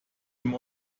dem